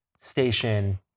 station